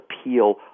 appeal